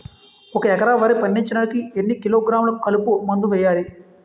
ఒక ఎకర వరి పండించటానికి ఎన్ని కిలోగ్రాములు కలుపు మందు వేయాలి?